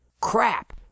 Crap